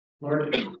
Lord